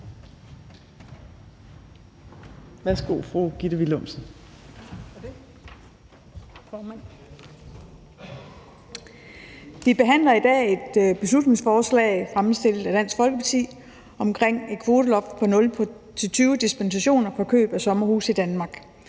Vi behandler i dag et beslutningsforslag fremsat af Dansk Folkeparti omkring et kvoteloft på 0-20 dispensationer for køb af sommerhuse i Danmark,